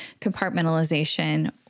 compartmentalization